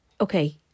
okay